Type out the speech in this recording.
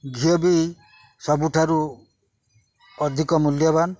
ଘିଅ ବି ସବୁଠାରୁ ଅଧିକ ମୂଲ୍ୟବାନ